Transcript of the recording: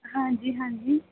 ਹਾਂਜੀ ਹਾਂਜੀ